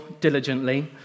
diligently